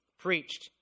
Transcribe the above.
preached